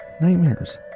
nightmares